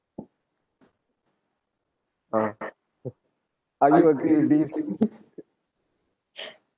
ah are you agree with this